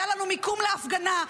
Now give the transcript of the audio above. היה לנו מיקום להפגנה,